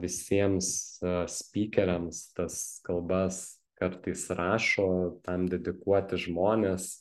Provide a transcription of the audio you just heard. visiems spykeriams tas kalbas kartais rašo tam dedikuoti žmonės